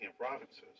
provinces